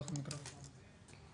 שמתגבש לחוק הגנה על הציבור.